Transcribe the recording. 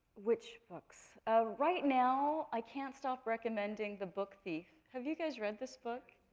which books? ah right now, i can't stop recommending the book thief. have you guys read this book?